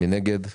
מי נגד?